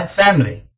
family